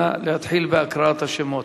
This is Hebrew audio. נא להתחיל בהקראת השמות.